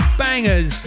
bangers